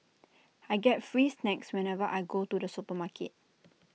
I get free snacks whenever I go to the supermarket